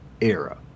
Era